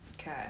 okay